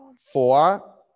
Four